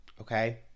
Okay